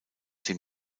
dem